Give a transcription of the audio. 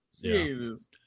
Jesus